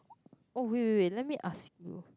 oh wait wait wait let me ask you